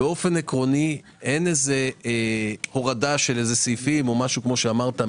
עקרונית אין הורדה של סעיפים או משהו כמו שאמרת,